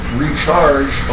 recharge